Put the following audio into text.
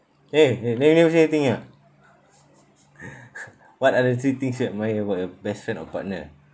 !hey! name you three thing ah what are the three things you admire about your best friend or partner